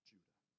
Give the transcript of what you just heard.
Judah